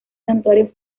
santuario